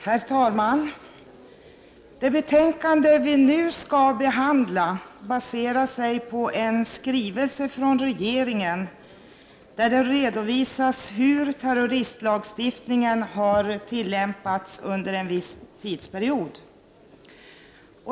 Herr talman! Det betänkande vi nu skall behandla baserar sig på en skrivelse från regeringen där det redovisas hur terroristlagstiftningen har tillämpats under en viss tidsperiod.